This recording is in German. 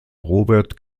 robert